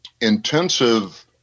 intensive